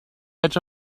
edge